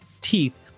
teeth